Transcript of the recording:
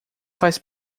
faz